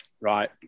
Right